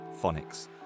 phonics